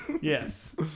Yes